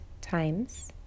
times